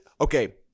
okay